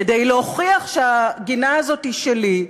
כדי להוכיח שהגינה הזאת שלי,